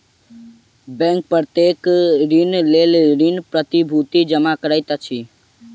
bank प्रत्येक ऋणक लेल ऋण प्रतिभूति जमा करैत अछि